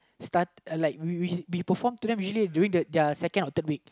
start like we we perform to them usually during the ya their second or third week